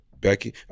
Becky